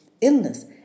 illness